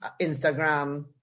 Instagram